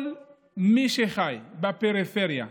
כל מי שחי בפריפריה,